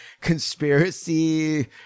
conspiracy